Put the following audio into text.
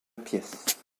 pièce